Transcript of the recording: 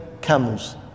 camels